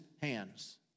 hands